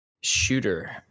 shooter